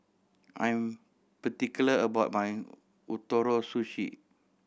I am particular about my Ootoro Sushi